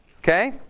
okay